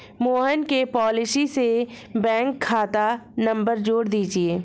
मोहन के पॉलिसी से बैंक खाता नंबर जोड़ दीजिए